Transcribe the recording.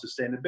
sustainability